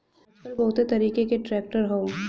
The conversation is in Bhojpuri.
आजकल बहुत तरीके क ट्रैक्टर हौ